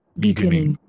beginning